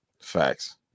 Facts